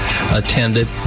attended